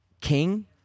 king